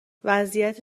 وضعیت